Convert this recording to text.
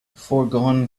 foregone